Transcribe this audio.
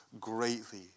Greatly